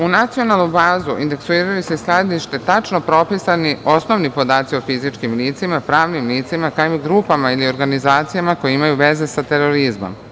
U nacionalnu bazu indeksiraju se i skladište tačno propisani osnovni podaci o fizičkim licima, pravnim licima, kao i grupama ili organizacijama koje imaju veze sa terorizmom.